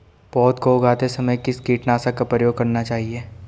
पौध को उगाते समय किस कीटनाशक का प्रयोग करना चाहिये?